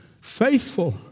faithful